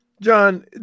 John